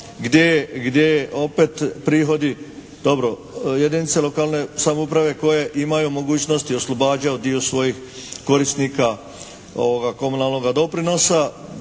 je opet prihodi, dobro jedinice lokalne samouprave koje imaju mogućnosti oslobađaju dio svojih korisnika komunalnoga doprinosa,